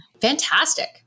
Fantastic